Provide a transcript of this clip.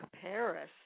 Paris